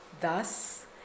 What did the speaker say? Thus